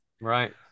Right